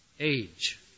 Age